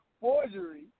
forgery